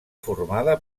formada